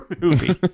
movie